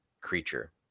creature